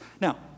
Now